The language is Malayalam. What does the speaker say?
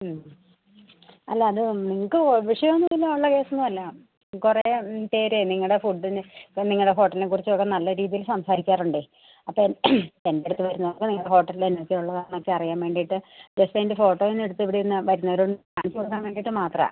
മ് അത് അല്ല അത് നിങ്ങൾക്ക് ഇപ്പം വിഷയമൊന്നും ഉള്ള കേസൊന്നും അല്ല കുറേ മ് പേര് നിങ്ങളുടെ ഫുഡിന് ഇപ്പം നിങ്ങളെ ഹോട്ടലിനെ കുറിച്ചൊക്കെ നല്ല രീതിയിൽ സംസാരിക്കാറുണ്ട് അപ്പം എൻ്റെ അടുത്ത് വരുന്നവർക്ക് നിങ്ങളുടെ ഹോട്ടലിൽ എന്തൊക്കെ ഉള്ളത് എന്നൊക്കെ അറിയാൻ വേണ്ടിയിട്ട് ജസ്റ്റ് അതിൻ്റെ ഫോട്ടോ ഒന്നെടുത്ത് ഇവിടെ ഒന്ന് വരുന്നവരോട് കാണിച്ചു കൊടുക്കാൻ വേണ്ടിയിട്ട് മാത്രമാണ്